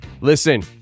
Listen